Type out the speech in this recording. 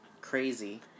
crazy